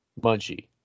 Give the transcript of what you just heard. Munchie